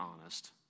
honest